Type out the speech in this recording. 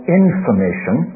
information